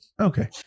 Okay